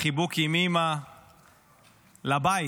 לחיבוק עם אימא, לבית,